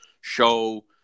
show